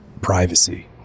privacy